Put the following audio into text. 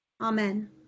Amen